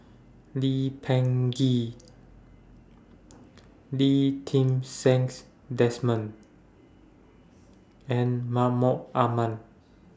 Lee Peh Gee Lee Ti Seng's Desmond and Mahmud Ahmad